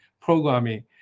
programming